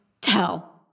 tell